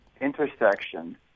intersection